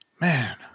man